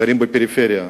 גרים בפריפריה,